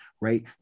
right